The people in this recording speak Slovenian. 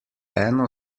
eno